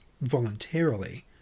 voluntarily